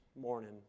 morning